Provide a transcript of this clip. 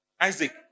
Isaac